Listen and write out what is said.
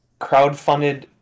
crowdfunded